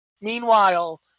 Meanwhile